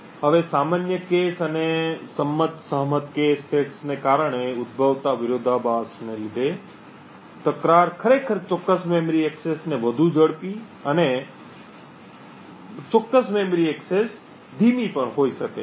હવે સામાન્ય cache અને સંમત સહમત કૅશ સેટ્સને કારણે ઉદ્ભવતા વિરોધાભાસને કારણે તકરાર ખરેખર ચોક્કસ મેમરી એક્સેસને વધુ ઝડપી અને ચોક્કસ મેમરી એક્સેસ ને ધીમી હોઈ શકે છે